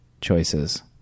choices